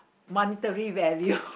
monetary value